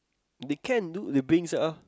they can do they brings uh